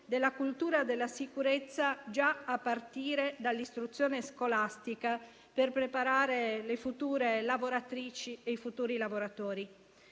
della cultura della sicurezza già a partire dall'istruzione scolastica per preparare le future lavoratrici e i futuri lavoratori.